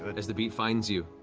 but as the beat finds you.